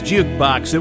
Jukebox